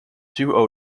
two